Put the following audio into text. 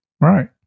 Right